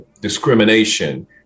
discrimination